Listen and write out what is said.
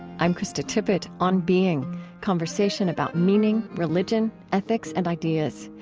i'm krista tippett, on being conversation about meaning, religion, ethics, and ideas.